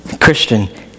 Christian